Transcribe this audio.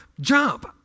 jump